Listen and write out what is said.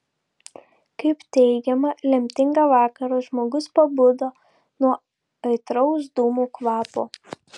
kaip teigiama lemtingą vakarą žmogus pabudo nuo aitraus dūmų kvapo